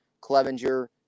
Clevenger